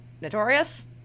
Notorious